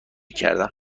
کردم